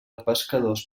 pescadors